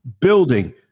building